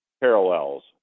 Parallels